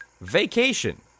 vacation